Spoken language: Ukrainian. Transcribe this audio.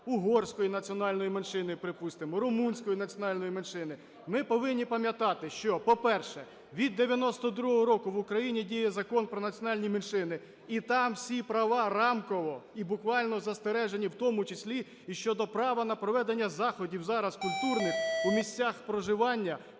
угорської національної меншини, припустимо, румунської національної меншини. Ми повинні пам'ятати, що, по-перше, від 92-го року в Україні діє Закон про національні меншини, і там всі права рамково і буквально застережені, в тому числі і щодо права на проведення заходів зараз культурних в місцях проживання